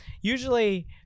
usually